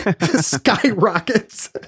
skyrockets